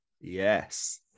yes